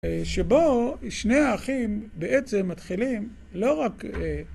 שבו שני האחים בעצם מתחילים לא רק